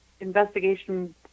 investigation